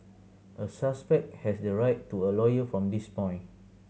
a suspect has the right to a lawyer from this point